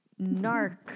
Narc